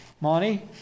Monty